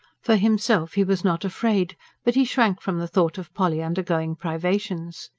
for himself he was not afraid but he shrank from the thought of polly undergoing privations.